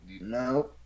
No